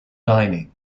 dining